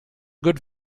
good